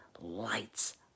Lights